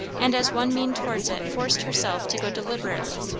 and as one mean towards it forced herself to go deliberately.